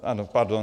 Ano, pardon.